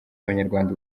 abanyarwanda